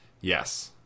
yes